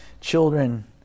Children